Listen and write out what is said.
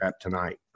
tonight